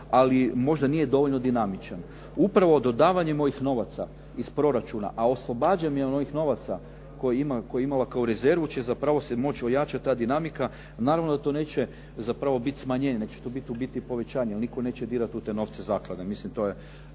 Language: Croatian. ali možda nije dovoljno dinamičan. Upravo dodavanjem ovih novaca iz proračuna a oslobađanjem onih novaca koje je imala kao rezervu će zapravo se moći ojačati ta dinamika, naravno da to neće zapravo biti smanjenje, nego će to biti u biti povećanje, jer nitko neće dirati u te novce zaklade, mislim to je